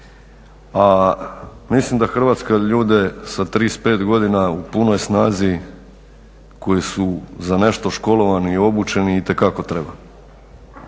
A mislim da Hrvatska ljude sa 35 godina u punoj snazi koji su za nešto školovani i obučeni itekako treba.